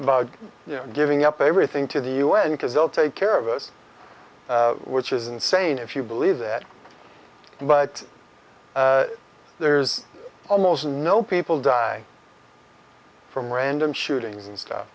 you know giving up everything to the u n because they'll take care of us which is insane if you believe that but there's almost no people die from random shootings and stuff